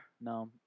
No